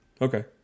Okay